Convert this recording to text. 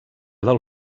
del